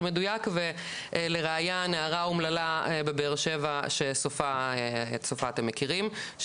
מדויק ולראיה נערה אומללה בבאר שבע שאת סופה אתם מכירים,